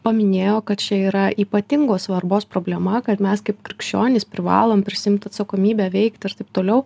paminėjo kad čia yra ypatingos svarbos problema kad mes kaip krikščionys privalom prisiimti atsakomybę veikti ir taip toliau